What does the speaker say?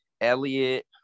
Elliot